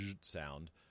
sound